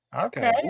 Okay